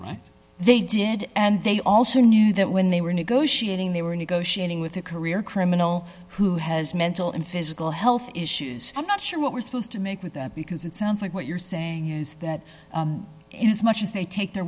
right they did and they also knew that when they were negotiating they were negotiating with a career criminal who has mental and physical health issues i'm not sure what we're supposed to make with that because it sounds like what you're saying is that in as much as they take their